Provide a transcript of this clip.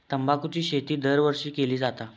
तंबाखूची शेती दरवर्षी केली जाता